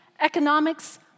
economics